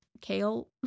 kale